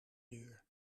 deur